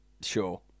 Sure